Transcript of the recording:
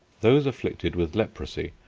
those afflicted with leprosy,